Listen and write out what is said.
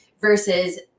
versus